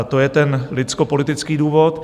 To je ten lidskopolitický důvod.